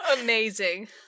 Amazing